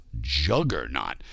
juggernaut